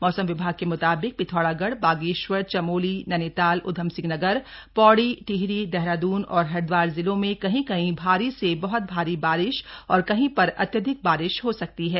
मौसम विभाग के मुताबिक पिथौरागढ़ बागेश्वर चमोली नैनीताल उधमसिंह नगर पौड़ी टिहरी देहराद्रन और हरिदवार जिलों में कहीं कहीं भारी से बहत भारी बारिश और कहीं पर अत्यधिक बारिश हो सकती है